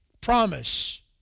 Promise